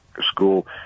School